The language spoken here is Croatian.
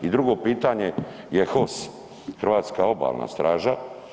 I drugo pitanje je HOS, Hrvatska obalna staža.